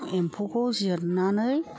एम्फौखौ जिरनानै